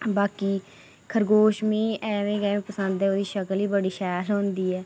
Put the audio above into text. बाकी खरगोश मिगी ऐमें गै पसंद ऐ ओह्दी शक्ल ई बड़ी शैल होंदी ऐ